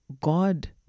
God